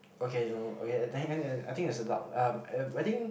okay okay I think there's a doubt I think